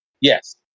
Yes